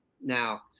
Now